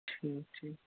ٹھیٖک ٹھیٖک